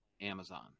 Amazon